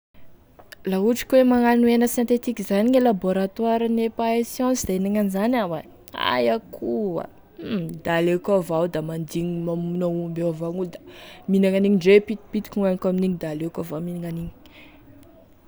La ohatry koa hoe magnano hena sentetika zany gne laboratoarane mpahay siansa da hinagna an'izany iaho ein, aia koa, hum da aleoko avao da mandigny gne mamono aomby ndre pitipitiky gnoaniko amin'igny da aleoko avao mihinagny amin'igny.